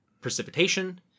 precipitation